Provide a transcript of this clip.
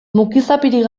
mukizapirik